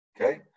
Okay